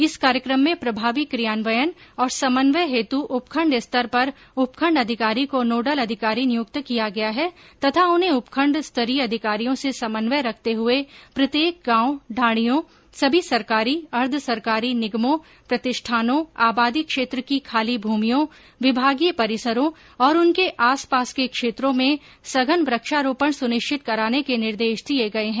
इस कार्यक्रम में प्रभावी क्रियान्वयन और समन्वय हेतु उपखण्ड स्तर पर उपखण्ड अधिकारी को नोडल अधिकारी नियुक्त किया गया है तथा उन्हे उपखण्ड स्तरीय अधिकारियों से समन्वय रखते हुए प्रत्येक गांव ढाणियों सभी सरकारी अर्द्वसरकारी निगमों प्रतिष्ठानों आबादी क्षेत्र की खाली भूमियों विभागीय परिसरों और उनके आसपास के क्षेत्रों में सघन वृक्षारोपण सुनिश्चित कराने के निर्देश दिये गये है